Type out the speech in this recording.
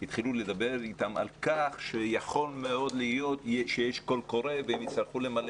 התחילו לדבר על כך שיכול מאוד להיות שיש קול קורא והן יצטרכו למלא